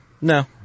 No